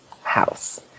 house